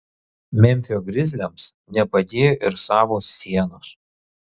memfio grizliams nepadėjo ir savos sienos